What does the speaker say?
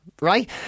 Right